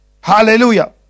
Hallelujah